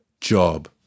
Job